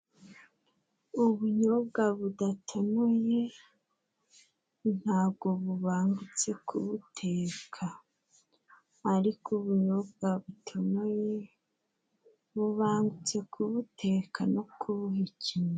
Ubunyobwa budatanoye ntabwo bubangutse kubuteka. Ariko ubunyobwa butonoye bubangutse kubuteka no kubuhekenya.